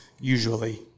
usually